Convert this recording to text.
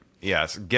Yes